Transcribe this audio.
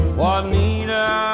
Juanita